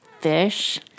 fish